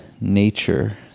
nature